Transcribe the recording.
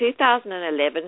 2011